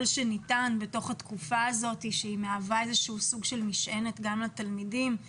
שניתן בתוך התקופה הזאת שהיא מהווה איזשהו סוג של משענת גם לתלמידים.